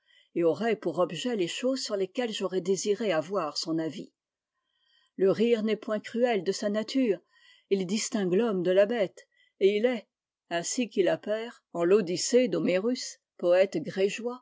et auraient pour objet les choses sur lesquelles j'aurais désiré avoir son avis le rire n'est point cruel de sa nature il distingue l'homme de la bête et il est ainsi qu'il appert en l'odyssée d'homerus poète